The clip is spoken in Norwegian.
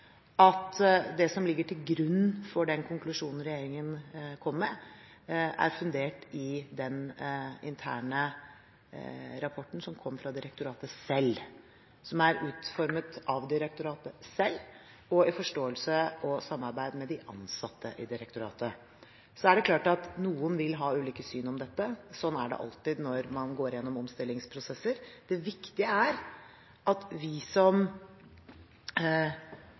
at det som ligger til grunn for den konklusjonen regjeringen kom med, er fundert i den interne rapporten, som kom fra direktoratet selv, som er utformet av direktoratet selv, og i forståelse og samarbeid med de ansatte i direktoratet. Så er det klart at noen vil ha ulike syn på dette. Sånn er det alltid når man går gjennom omstillingsprosesser. Det viktige er at vi som